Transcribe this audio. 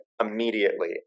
immediately